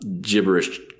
gibberish